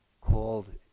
called